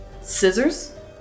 Scissors